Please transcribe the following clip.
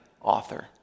author